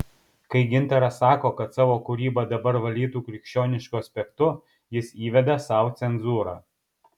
kai gintaras sako kad savo kūrybą dabar valytų krikščionišku aspektu jis įveda sau cenzūrą